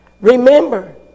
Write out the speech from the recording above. Remember